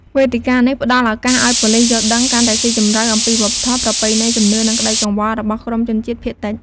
វេទិកានេះផ្តល់ឱកាសឲ្យប៉ូលិសយល់ដឹងកាន់តែស៊ីជម្រៅអំពីវប្បធម៌ ប្រពៃណី ជំនឿ និងក្តីកង្វល់របស់ក្រុមជនជាតិភាគតិច។